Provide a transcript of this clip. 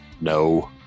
No